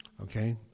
Okay